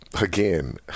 again